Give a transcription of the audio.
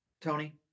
Tony